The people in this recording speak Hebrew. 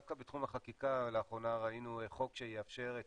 דווקא בתחום החקיקה לאחרונה ראינו חוק שיאפשר את